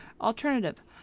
Alternative